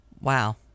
Wow